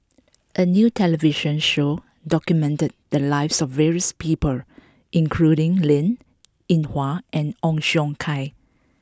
a new television show documented the lives of various people including Linn In Hua and Ong Siong Kai